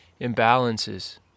imbalances